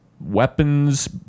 weapons